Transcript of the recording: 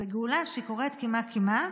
זו גאולה שקורית קמעה-קמעה.